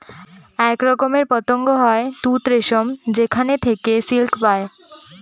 এক রকমের পতঙ্গ হয় তুত রেশম যেখানে থেকে সিল্ক পায়